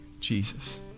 Jesus